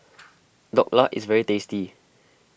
Dhokla is very tasty